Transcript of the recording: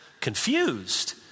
confused